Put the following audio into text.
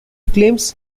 claims